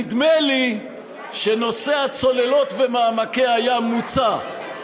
נדמה לי שנושא הצוללות ומעמקי הים, מוצה.